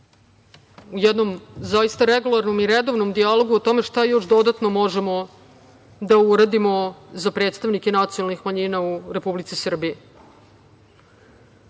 jednom zaista regularnom i redovnom dijalogu o tome šta još dodatno možemo da uradimo za predstavnike nacionalnih manjina u Republici Srbiji.U